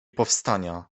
powstania